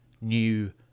new